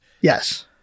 Yes